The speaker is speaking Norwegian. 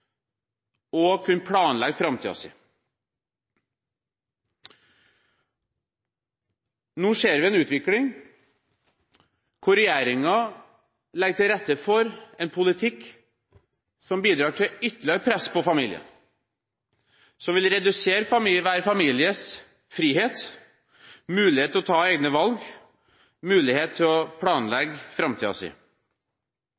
og kunne planlegge framtiden. Nå ser vi en utvikling hvor regjeringen legger til rette for en politikk som bidrar til ytterligere press på familien, som vil redusere hver families frihet, muligheten til å ta egne valg og muligheten til å